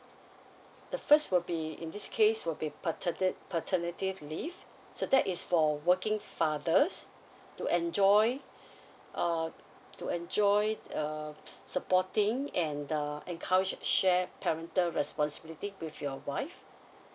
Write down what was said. the first will be in this case will be paterni~ paternity leave so that is for working fathers to enjoy uh to enjoy err sup~ supporting and uh encourage shared parental responsibilities with your wife